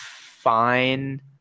fine